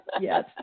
yes